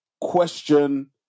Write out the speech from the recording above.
question